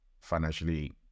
financially